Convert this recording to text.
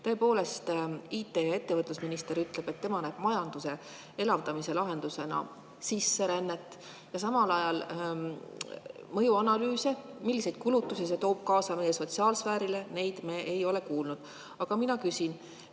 Tõepoolest, IT- ja ettevõtlusminister ütleb, et tema näeb majanduse elavdamise lahendusena sisserännet. Samal ajal mõjuanalüüsidest, milliseid kulutusi see toob kaasa meie sotsiaalsfäärile, me ei ole kuulnud. Mina küsin